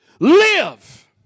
Live